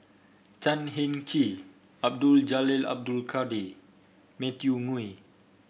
Chan Heng Chee Abdul Jalil Abdul Kadir Matthew Ngui